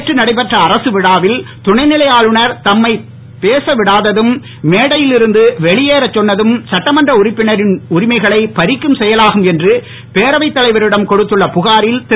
நேற்று நடைபெற்ற அரசு விழாவில் துணைநிலை ஆளுநர் தம்மைப் பேசவிடாததும் மேடையில் இருந்து வெளியேறச் சொன்னதும் சட்டமன்ற உறுப்பினரின் உரிமைகளை பரிக்கும் செயலாகும் என்று பேரவைத் தலைவரிடம் கொடுத்துள்ள புகாரில் திரு